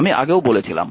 আমি আগেও বলেছিলাম